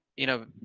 you know,